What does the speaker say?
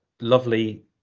lovely